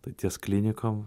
tai ties klinikom